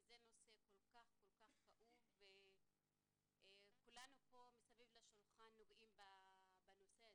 שזה נושא כל כך כאוב וכולנו פה מסביב לשולחן נוגעים בנושא הזה.